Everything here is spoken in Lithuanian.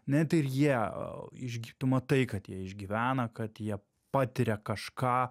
net ir jie a išgy tu matai kad jie išgyvena kad jie patiria kažką